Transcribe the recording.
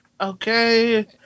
okay